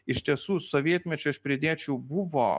iš tiesų sovietmečiu aš pridėčiau buvo